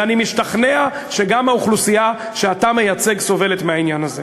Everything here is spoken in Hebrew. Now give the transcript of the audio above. ואני משתכנע שגם האוכלוסייה שאתה מייצג סובלת מהעניין הזה.